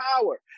power